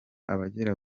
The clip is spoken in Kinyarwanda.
abagera